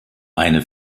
eine